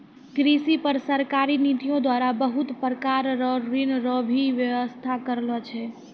कृषि पर सरकारी नीतियो द्वारा बहुत प्रकार रो ऋण रो भी वेवस्था करलो छै